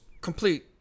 complete